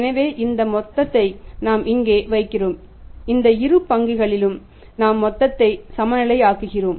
எனவே இந்த மொத்தத்தை நாம் இங்கே வைக்கிறோம் இந்த இரு பக்கங்களிலும் நாம் மொத்தத்தை சமநிலை ஆக்குகிறோம்